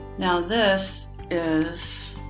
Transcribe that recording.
now this is.